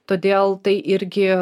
todėl tai irgi